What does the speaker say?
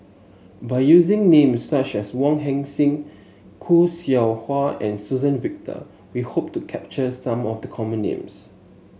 by using names such as Wong Heck Sing Khoo Seow Hwa and Suzann Victor we hope to capture some of the common names